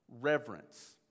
reverence